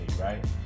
right